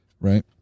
Right